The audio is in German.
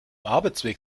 arbeitsweg